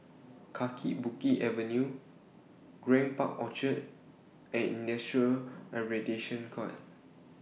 Kaki Bukit Avenue Grand Park Orchard and Industrial Arbitration Court